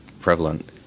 prevalent